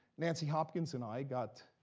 nancy hopkins and i got